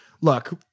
look